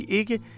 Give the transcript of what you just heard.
ikke